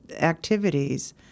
activities